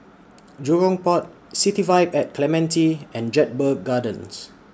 Jurong Port City Vibe At Clementi and Jedburgh Gardens